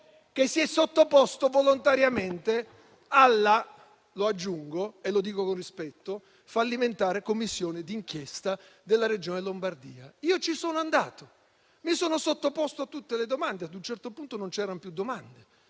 che si è sottoposto volontariamente alla fallimentare - lo aggiungo con rispetto - Commissione d'inchiesta della regione Lombardia. Io ci sono andato, mi sono sottoposto a tutte le domande. Ad un certo punto, non c'erano più domande,